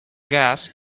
gas